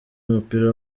w’umupira